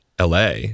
LA